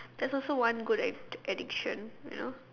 that's also one good ad~ addiction you know